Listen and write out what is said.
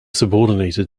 subordinated